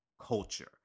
culture